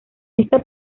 esta